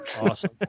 Awesome